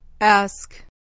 Ask